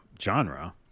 genre